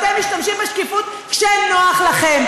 אתם משתמשים בשקיפות כשנוח לכם.